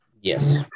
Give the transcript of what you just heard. Yes